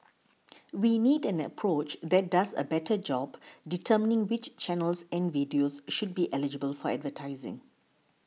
we need an approach that does a better job determining which channels and videos should be eligible for advertising